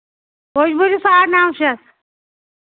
کوٚش بُہٕر چھِ ساڑ نَو شَتھ